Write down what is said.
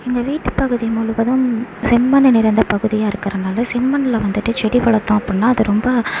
எங்கள் வீட்டு பகுதி முழுவதும் செம்மண்ணு நிறைந்த பகுதியாக இருக்கிறனால செம்மண்ணில் வந்துவிட்டு செடி வளர்த்தோம் அப்புடின்னா அது ரொம்ப